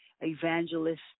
evangelist